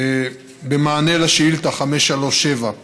במענה על שאילתה 537: